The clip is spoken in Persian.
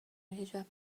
هیچوقت